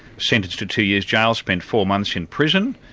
sentenced to two years jail, spent four months in prison,